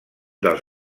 dels